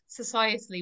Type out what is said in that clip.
societally